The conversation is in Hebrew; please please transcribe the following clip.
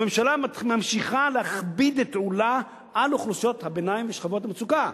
הממשלה ממשיכה להכביד את עולה על אוכלוסיות הביניים ושכבות המצוקה,